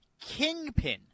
Kingpin